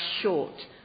short